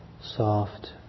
soft